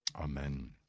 Amen